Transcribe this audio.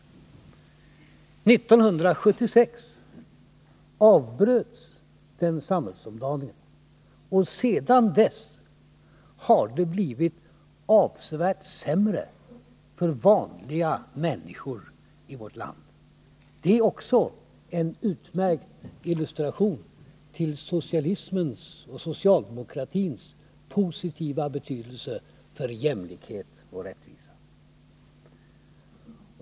År 1976 avbröts den samhällsomdaningen, och sedan dess har det blivit avsevärt sämre för vanliga människor i vårt land. Det är också en utmärkt illustration till socialismens och socialdemokratins positiva betydelse för jämlikhet och rättvisa.